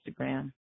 Instagram